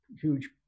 huge